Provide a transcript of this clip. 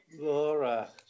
Laura